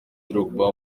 drogba